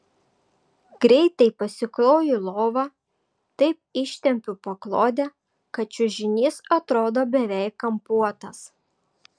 greitai pasikloju lovą taip ištempiu paklodę kad čiužinys atrodo beveik kampuotas